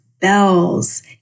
bells